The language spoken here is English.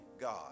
God